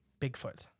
Bigfoot